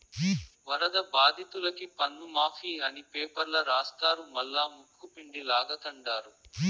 వరద బాధితులకి పన్నుమాఫీ అని పేపర్ల రాస్తారు మల్లా ముక్కుపిండి లాగతండారు